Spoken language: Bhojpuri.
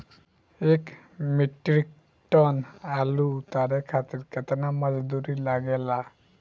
एक मीट्रिक टन आलू उतारे खातिर केतना मजदूरी लागेला?